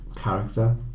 character